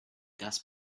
gas